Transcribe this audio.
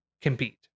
compete